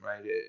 Right